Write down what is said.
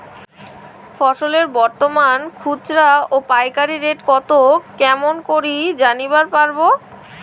ফসলের বর্তমান খুচরা ও পাইকারি রেট কতো কেমন করি জানিবার পারবো?